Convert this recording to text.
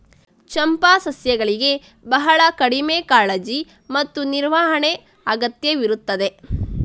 ಚಂಪಾ ಸಸ್ಯಗಳಿಗೆ ಬಹಳ ಕಡಿಮೆ ಕಾಳಜಿ ಮತ್ತು ನಿರ್ವಹಣೆ ಅಗತ್ಯವಿರುತ್ತದೆ